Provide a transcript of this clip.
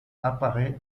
apparaît